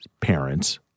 parents